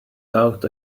out